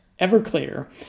Everclear